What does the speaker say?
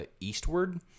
Eastward